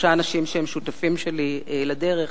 שלושה אנשים שהם שותפים שלי לדרך,